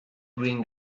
green